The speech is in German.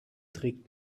trägt